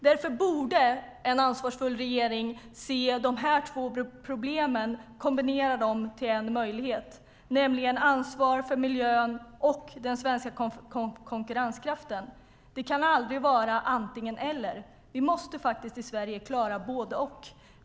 Därför borde en ansvarsfull regering se dessa två problem och kombinera dem till en möjlighet, nämligen ansvar för miljön och den svenska konkurrenskraften. Det kan aldrig vara antingen eller. Vi måste faktiskt klara både och i Sverige.